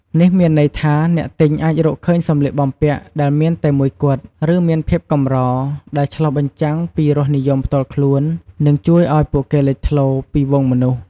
នេះមានន័យថា អ្នកទិញអាចរកឃើញសម្លៀកបំពាក់ដែលមានតែមួយគត់ ឬមានភាពកម្រ ដែលឆ្លុះបញ្ចាំងពីរសនិយមផ្ទាល់ខ្លួន និងជួយឱ្យពួកគេលេចធ្លោពីហ្វូងមនុស្ស។